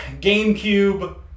GameCube